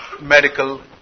medical